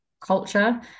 culture